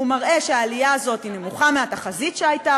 הוא מראה שהעלייה הזאת היא נמוכה מהתחזית שהייתה,